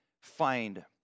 find